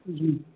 जी